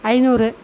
ஐநூறு